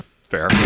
fair